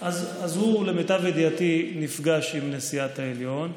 אז הוא, למיטב ידיעתי, נפגש עם נשיאת העליון.